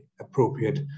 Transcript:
appropriate